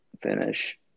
finish